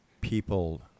people